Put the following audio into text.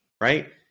right